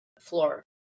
floor